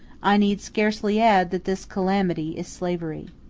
i need scarcely add that this calamity is slavery.